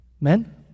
Men